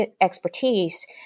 expertise